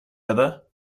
other